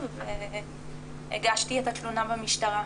והגשתי את התלונה במשטרה.